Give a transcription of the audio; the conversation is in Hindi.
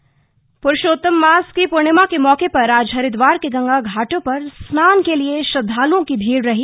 पूर्णिमा स्नान प्रुषोत्तम मास की पूर्णिमा के मौके पर आज हरिद्वार के गंगा घाटों पर स्नान के लिए श्रद्धालुओं की भीड़ रही